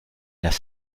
las